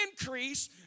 increase